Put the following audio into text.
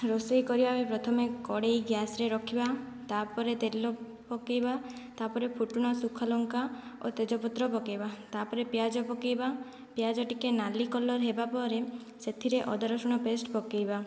ରୋଷେଇ କରିବାପାଇଁ ପ୍ରଥମେ କଡ଼େଇ ଗ୍ୟାସରେ ରଖିବା ତା'ପରେ ତେଲ ପକାଇବା ତା'ପରେ ଫୁଟଣ ଶୁଖା ଲଙ୍କା ଓ ତେଜପତ୍ର ପକାଇବା ତା'ପରେ ପିଆଜ ପକାଇବା ପିଆଜ ଟିକେ ନାଲି କଲର୍ ହେବା ପରେ ସେଥିରେ ଅଦା ରସୁଣ ପେଷ୍ଟ ପକାଇବା